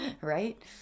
right